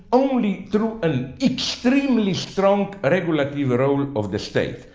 only through an extremely strong regulative role of the state.